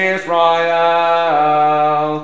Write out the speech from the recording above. Israel